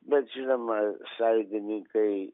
bet žinoma sąjūdininkai